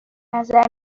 نظر